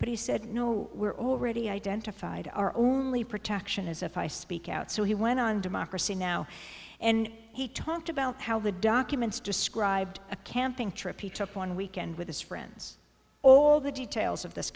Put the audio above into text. but he said no we're already identified our only protection is if i speak out so he went on democracy now and he talked about how the documents described a camping trip he took one weekend with his friends all the details of this